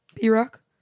B-Rock